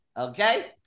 okay